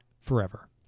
forever